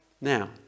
Now